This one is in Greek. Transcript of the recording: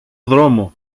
δρόμο